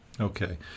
Okay